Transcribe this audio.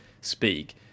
speak